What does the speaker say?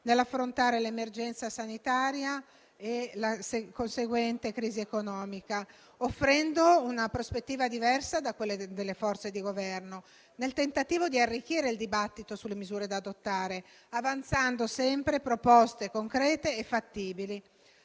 nell'affrontare l'emergenza sanitaria e la conseguente crisi economica, offrendo una prospettiva diversa da quelle delle forze di Governo, nel tentativo di arricchire il dibattito sulle misure da adottare, avanzando sempre proposte concrete e fattibili,